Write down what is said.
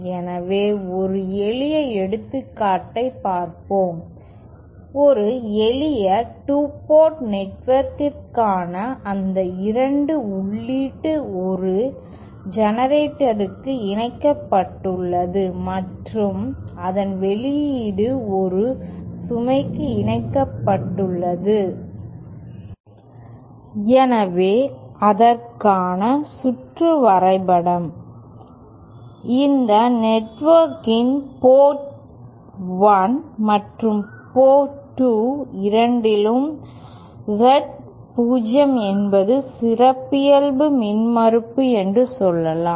எனவே ஒரு எளிய எடுத்துக்காட்டைப் பார்ப்போம் ஒரு எளிய 2 போர்ட் நெட்வொர்க் அதன் இரண்டு உள்ளீடும் ஒரு ஜெனரேட்டருடன் இணைக்கப்பட்டுள்ளது மற்றும் அதன் வெளியீடு ஒரு சுமைக்கு இணைக்கப்பட்டுள்ளது எனவே அதற்கான சுற்று வரைபடம் இந்த நெட்வொர்க்கின் போர்ட் 1 மற்றும் போர்ட் 2 இரண்டிலும் Z0 என்பது சிறப்பியல்பு மின்மறுப்பு என்று சொல்லலாம்